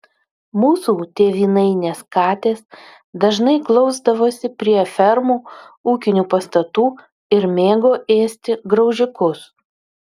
mūsų tėvynainės katės dažnai glausdavosi prie fermų ūkinių pastatų ir mėgo ėsti graužikus